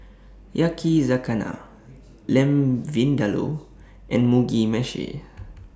Yakizakana Lamb Vindaloo and Mugi Meshi